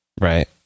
Right